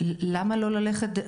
למה לא ללכת.